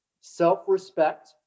self-respect